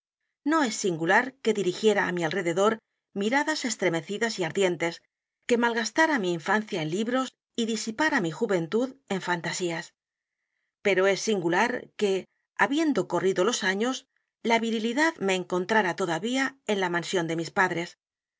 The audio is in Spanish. no es singular que dirigiera á mi alrededor miradas estremecidas y ardien tes que malgastara mi infancia en libros y disipara mi juventud en fantasías pero es singular que h a biendo corrido los años la virilidad me encontrara todavía en la mansión de mis padres